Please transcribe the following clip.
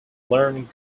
learned